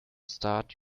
start